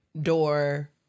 door